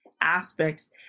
aspects